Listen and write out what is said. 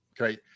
okay